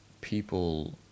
people